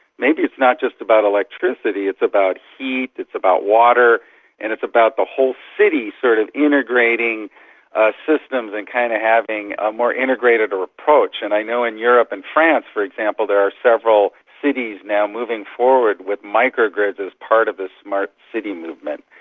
maybe it's not just about electricity, it's about heat, it's about water and it's about the whole city sort of integrating ah systems and kind of having a more integrated approach. and i don't know in europe and france, for example, there are several cities now moving forward with micro-grids as part of a smart city movement.